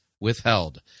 withheld